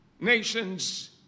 nations